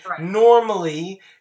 Normally